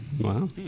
Wow